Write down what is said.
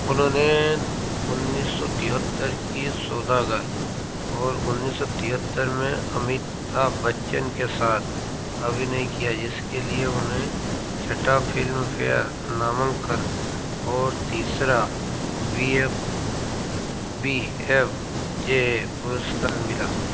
उन्होंने उन्नीस सौ तिहत्तर की सौदागर और उन्नीस सौ तिहत्तर में अमीताभ बच्चन के साथ अभिनय किया जिसके लिए उन्हें छटा फिल्मफेयर नामांकन और तीसरा V F V F J पुरुस्कार मिला